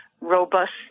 robust